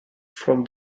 from